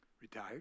retired